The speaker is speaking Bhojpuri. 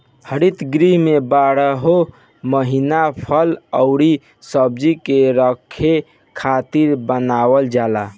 हरित गृह में बारहो महिना फल अउरी सब्जी के रखे खातिर बनावल जाला